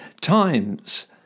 times